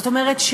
זאת אומרת,